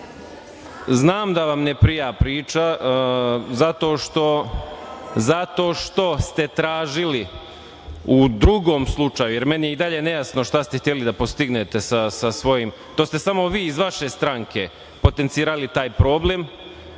cilj. Znam da vam ne prija priča zato što ste tražili u drugom slučaju, jer meni je i dalje nejasno šta ste hteli da postignete sa svojim… To ste samo vi iz vaše stranke potencirali taj problem,